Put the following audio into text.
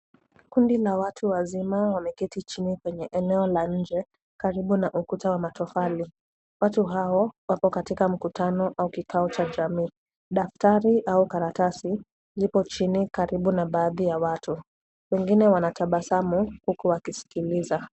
Kundi la watu wazima wameketi chini kwenye eneo la njee karibu na ukuta wa matofali. Watu hao wako katika mkutano au kikao cha jamii. Daftari au karatasi iko chini karibu na baadhi ya watu wengine wanatabasamu huku wakisikiliza.